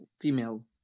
female